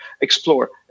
explore